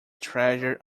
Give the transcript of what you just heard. treasure